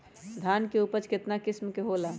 धान के उपज केतना किस्म के होला?